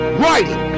writing